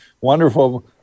Wonderful